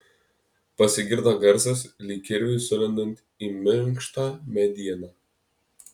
pasigirdo garsas lyg kirviui sulendant į minkštą medieną